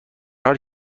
حالی